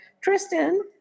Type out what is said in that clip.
tristan